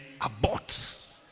abort